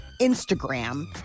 Instagram